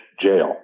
jail